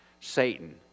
satan